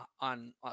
on